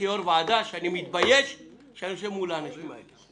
שאני יושב מול האנשים האלה ומתבייש.